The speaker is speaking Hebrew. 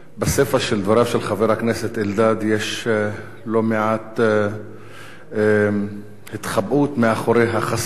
בסיפא של דבריו של חבר הכנסת אלדד יש לא מעט התחבאות מאחורי החסינות,